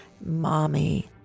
Mommy